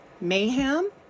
Mayhem